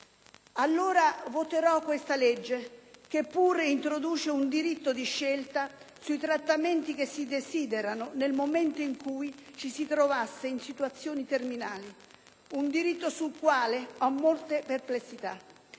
Allora voterò questa legge, che pure introduce un diritto di scelta sui trattamenti che si desiderano nel momento in cui ci si trovasse in situazioni terminali. Un diritto sul quale ho molte perplessità